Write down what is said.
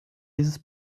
dieses